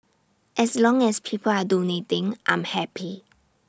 as long as people are donating I'm happy